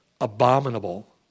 abominable